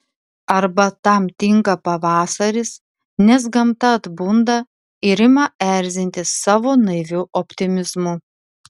arba tam tinka pavasaris nes gamta atbunda ir ima erzinti savo naiviu optimizmu